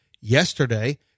Yesterday